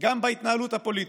גם בהתנהלות הפוליטית.